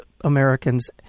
Americans